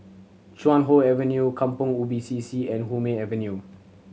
Chuan Hoe Avenue Kampong Ubi C C and Hume Avenue